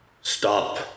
Stop